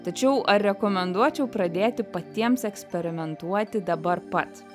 tačiau ar rekomenduočiau pradėti patiems eksperimentuoti dabar pat